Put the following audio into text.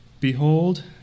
Behold